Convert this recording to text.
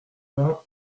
vingt